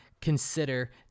consider